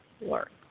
work